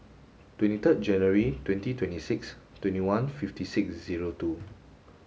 twenty third January twenty twenty six twenty one fifty six zero two